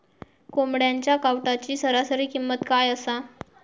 कोंबड्यांच्या कावटाची सरासरी किंमत काय असा?